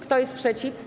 Kto jest przeciw?